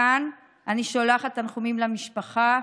מכאן אני שולחת תנחומים למשפחה,